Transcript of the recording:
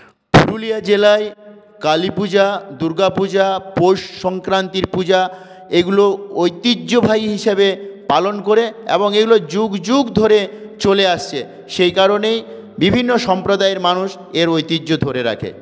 পুরুলিয়া জেলায় কালীপূজা দুর্গাপূজা পৌষ সংক্রান্তির পূজা এগুলো ঐতিহ্যবাহী হিসাবে পালন করে এবং এগুলো যুগ যুগ ধরে চলে আসছে সেই কারণেই বিভিন্ন সম্প্রদায়ের মানুষ এর ঐতিহ্য ধরে রাখে